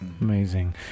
Amazing